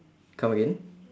come again